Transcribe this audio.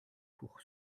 pour